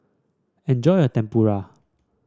enjoy your Tempura